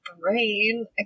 brain